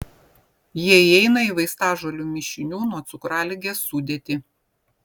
jie įeina į vaistažolių mišinių nuo cukraligės sudėtį